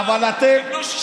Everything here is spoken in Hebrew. אבל אתם פחות,